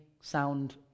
sound